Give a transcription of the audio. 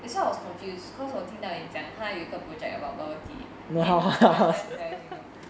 that's why I was confused cause 我听到你讲他有一个 project about bubble tea then quite fare you know